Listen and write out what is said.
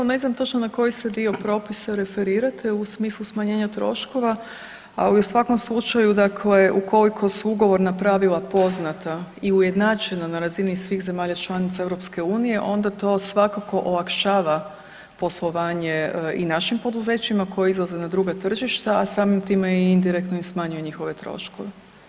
Ne znam točno na koji se dio propisa referirate u smislu smanjenju troškova, ali u svakom slučaju da ukoliko su ugovorna pravila poznata i ujednačena na razini svih zemalja članica EU onda to svakako olakšava poslovanje i našim poduzećima koja izlaze na druga tržišta, a samim time i indirektno i smanjuje njihove troškove.